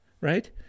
right